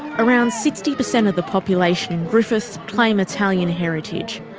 around sixty percent of the population in griffith claim italian heritage,